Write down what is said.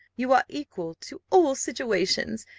you are equal to all situations,